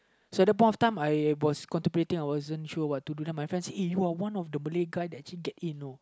so that the point of time I was contemplating I wasn't sure what to do then my friend said you are one of the Malay guy to actually get in you know